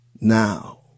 Now